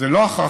זה לא להכריח.